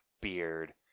beard